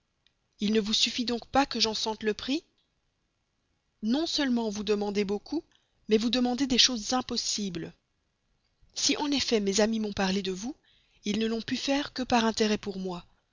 il ne vous suffit donc pas que j'en sente le prix non seulement vous demandez beaucoup mais vous demandez des choses impossibles si en effet mes amis m'ont parlé de vous ils ne l'ont pu faire que par intérêt pour moi